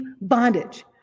bondage